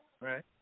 Right